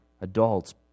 adults